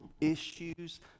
issues